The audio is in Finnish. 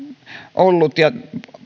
ollut ja